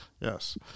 Yes